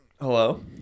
hello